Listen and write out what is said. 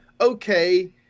okay